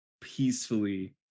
peacefully